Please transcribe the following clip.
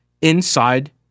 inside